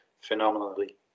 phenomenally